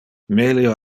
melio